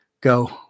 go